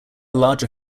larger